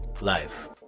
Life